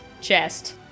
chest